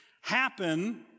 happen